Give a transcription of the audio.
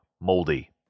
moldy